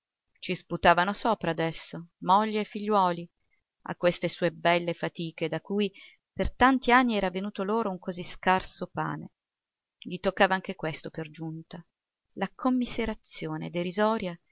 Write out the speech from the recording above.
ci sputavano sopra adesso moglie e figliuoli a queste sue belle fatiche da cui per tanti anni era venuto loro un così scarso pane gli toccava anche questo per giunta la commiserazione